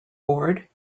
board